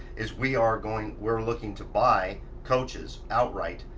is we are going, we're looking to buy coaches out right.